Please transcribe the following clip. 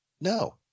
no